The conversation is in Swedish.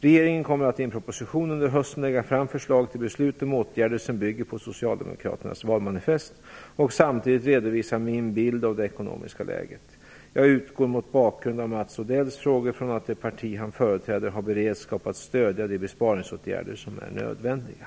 Regeringen kommer att i en proposition under hösten lägga fram förslag till beslut om åtgärder som bygger på Socialdemokraternas valmanifest och samtidigt redovisa min bild av det ekonomiska läget. Jag utgår mot bakgrund av Mats Odells frågor från att det parti som han företräder har beredskap att stödja de besparingsåtgärder som är nödvändiga.